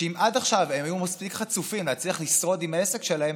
שאם עד עכשיו הם היו מספיק חצופים להצליח לשרוד עם העסק שלהם,